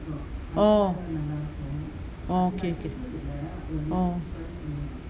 orh orh okay okay orh